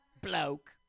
bloke